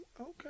Okay